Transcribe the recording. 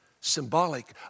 symbolic